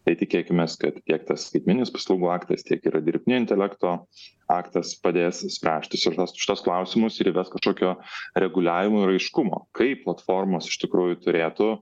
tai tikėkimės kad tiek tas skaitmeninis paslaugų aktas tiek ir dirbtinio intelekto aktas padės spręsti šituos šituos klausimus ir įves kažkokio reguliavimo ir aiškumo kaip platformos iš tikrųjų turėtų